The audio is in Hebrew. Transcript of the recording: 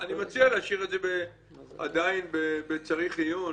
אני מציע להשאיר עדיין בצריך עיון.